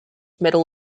metal